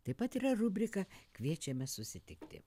taip pat yra rubrika kviečiame susitikti